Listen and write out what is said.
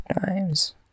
times